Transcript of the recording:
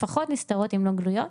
לפחות נסתרות אם לא גלויות.